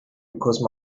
because